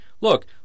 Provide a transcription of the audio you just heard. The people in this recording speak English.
Look